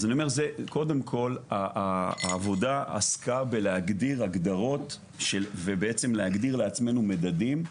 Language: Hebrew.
קודם כל העבודה עסקה בלהגדיר הגדרות ובעצם להגדיר לעצמנו מדדים.